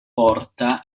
porta